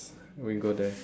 we go there